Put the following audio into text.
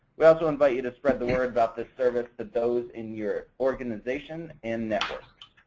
we also invite you to spread the word about this service to those in your organization and networks.